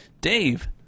Dave